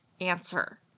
answer